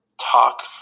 talk